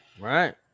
Right